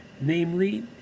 Namely